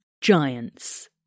giants